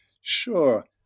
Sure